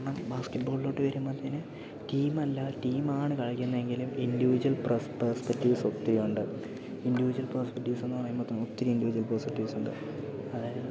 കാരണം ബാസ്കറ്റ് ബോളിലോട്ട് വെരുമ്പത്തേനും ടീമല്ല ടീമാണ് കളിക്കുന്നെങ്കില് ഇൻിവിജ്വൽ പെർസ്പെക്ടീവ്സ് ഒത്തിരി ഉണ്ട് ഇൻിവിജ്വൽ പെർസ്പെക്ടീവ്സ് എന്ന് പറയുമ്പോൾ തന്നെ ഒത്തിരി ഇൻിവിജ്വൽ പെർസ്പെക്ടീവ്സ് ഉണ്ട് അതായത്